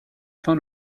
fin